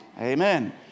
Amen